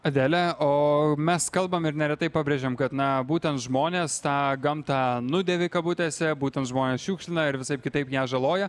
adele o mes kalbam ir neretai pabrėžiam kad na būtent žmonės tą gamtą nudėvi kabutėse būtent žmonės šiukšlina ir visaip kitaip ją žaloja